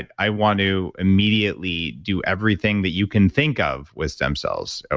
and i want to immediately do everything that you can think of, with stem cells. ah